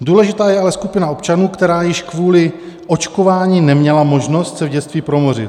Důležitá je ale skupina občanů, která již kvůli očkování neměla možnost se v dětství promořit.